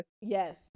Yes